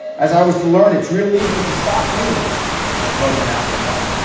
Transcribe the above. as i was to learn, it's real easy to stop using drugs and alcohol.